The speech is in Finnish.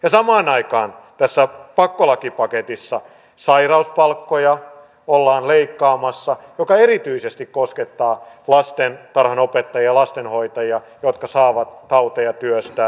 ja samaan aikaan tässä pakkolakipaketissa sairauspalkkoja ollaan leikkaamassa mikä erityisesti koskettaa lastentarhanopettajia ja lastenhoitajia jotka saavat tauteja työstään